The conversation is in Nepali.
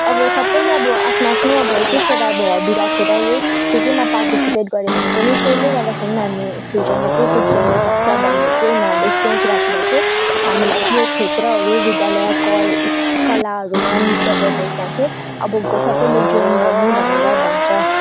अब सबैले अब आफ्नो आफ्नो एक एकवटा अब हबी राखेर यही के केमा पार्टिसिपेट गऱ्यो भने पनि त्यसले गर्दाखेरि नानी फ्युचरमा केही कुछ गर्न सक्छ भन्ने चाहिँ उनीहरूले सोच राखेर चाहिँ हामीलाई यो क्षेत्रहरू विद्यालय कल कलाहरूमा नृत्य प्रदर्शिमा चाहिँ अब सबैले जोइन गर्नु भनेर भन्छ